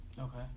Okay